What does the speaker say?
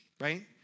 right